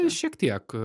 šiek tiek